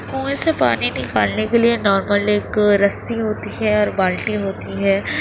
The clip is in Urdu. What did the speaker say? کنویں سے پانی نکالنے کے لیے نارمل ایک رسی ہوتی ہے اور بالٹی ہوتی ہے